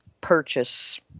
purchase